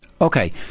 okay